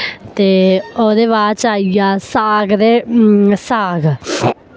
ते ओह्दे बाद च आई गेआ साग ते साग